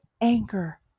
anger